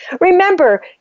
Remember